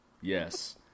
Yes